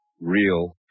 Real